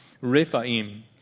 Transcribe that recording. Rephaim